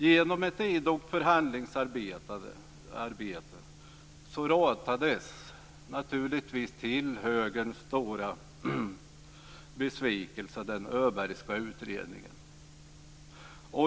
Genom ett idogt förhandlingsarbete ratades, naturligtvis till högerns stora besvikelse, den Öbergska utredningen.